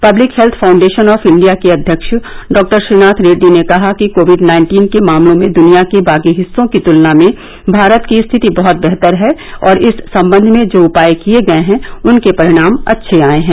public health foundation of India के अध्यक्ष डॉ श्रीनाथ रेड्डी ने कहा कि कोविड नाइन्टीन के मामलों में दनिया के बाकी हिस्सों की तुलना में भारत की स्थिति वहत वेहतर है और इस संबंध में जो उपाय किए गए हैं उनके परिणाम अच्छे आए हैं